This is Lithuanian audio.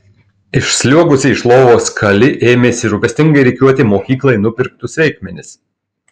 išsliuogusi iš lovos kali ėmėsi rūpestingai rikiuoti mokyklai nupirktus reikmenis